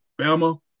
Bama